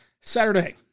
Saturday